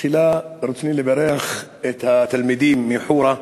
תחילה ברצוני לברך את התלמידים מחורה.